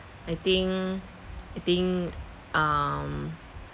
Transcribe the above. I think I think um